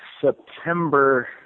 September